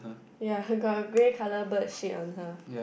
ya got a grey colour bird shit on her